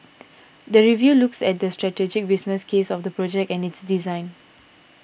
the review looks at the strategic business case of the project and its design